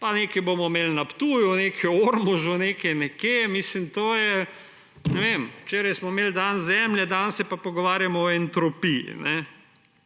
pa nekaj bomo imeli na Ptuju, nekaj v Ormožu, nekaj nekje. Včeraj smo imeli dan Zemlje, danes se pa pogovarjamo o entropiji.